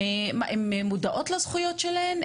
מודעות לזכויות שלהן?